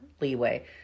leeway